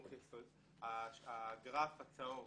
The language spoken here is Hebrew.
הגרף הצהוב